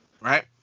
right